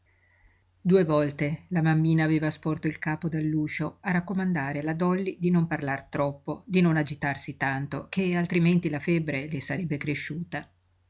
due volte la mammina aveva sporto il capo dall'uscio a raccomandare alla dolly di non parlar troppo di non agitarsi tanto ché altrimenti la febbre le sarebbe cresciuta